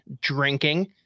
drinking